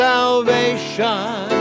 salvation